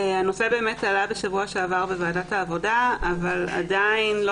אכן הנושא עלה בשבוע שעבר בוועדת העבודה אבל עדיין לא